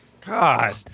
God